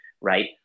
right